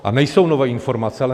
A nejsou nové informace.